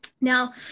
Now